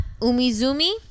umizumi